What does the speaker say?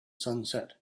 sunset